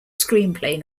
screenplay